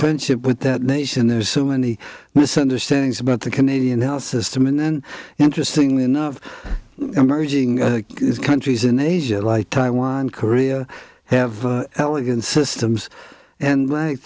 friendship with that nation there's so many misunderstandings about the canadian health system and then interestingly enough emerging countries in asia like taiwan korea have elegant systems and